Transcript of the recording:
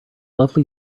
lovely